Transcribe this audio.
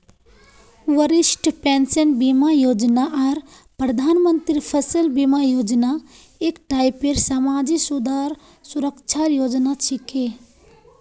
वरिष्ठ पेंशन बीमा योजना आर प्रधानमंत्री फसल बीमा योजना एक टाइपेर समाजी सुरक्षार योजना छिके